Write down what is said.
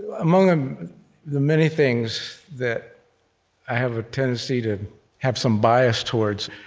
among the many things that have a tendency to have some bias towards,